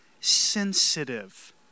sensitive